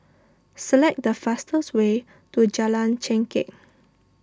select the fastest way to Jalan Chengkek